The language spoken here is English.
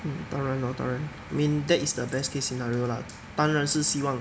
mm 当然 lah 当然 I mean that is the best case scenario lah 当然是希望